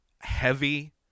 heavy